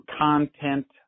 content